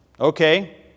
Okay